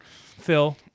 Phil